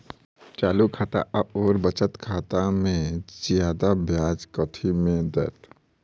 चालू खाता आओर बचत खातामे जियादा ब्याज कथी मे दैत?